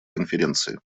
конференции